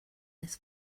this